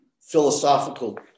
philosophical